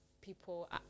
people